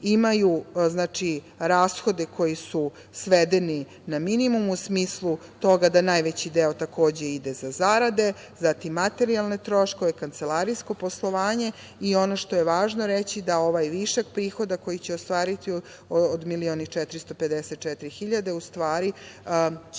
imaju rashode koji su svedeni na minimum, u smislu toga da najveći deo, takođe, ide za zarade, zatim materijalne troškove, kancelarijsko poslovanje. Ono što je važno reći je da ovaj višak prihoda koji će ostvariti, milion i 454 hiljade, u stvari će